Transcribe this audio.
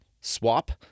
swap